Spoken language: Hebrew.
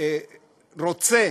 שרוצה